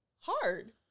hard